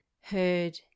heard